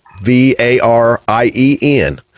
V-A-R-I-E-N